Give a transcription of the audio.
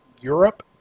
Europe